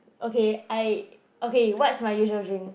okay I okay what's my usual drink